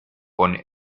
con